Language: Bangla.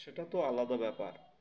সেটা তো আলাদা ব্যাপার